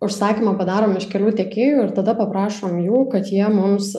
užsakymą padarom iš kelių tiekėjų ir tada paprašom jų kad jie mums